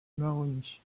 maroni